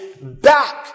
back